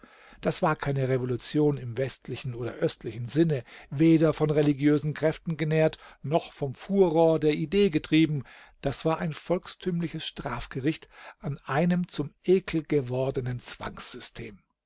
das war keine revolution im westlichen oder östlichen sinne weder von religiösen kräften genährt noch vom furor der idee getrieben das war ein volkstümliches strafgericht an einem zum ekel gewordenen zwangssystem